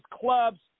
clubs